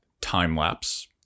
time-lapse